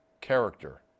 character